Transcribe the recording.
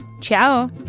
Ciao